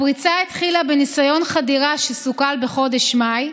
הפריצה התחילה בניסיון חדירה שסוכל בחודש מאי,